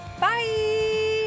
bye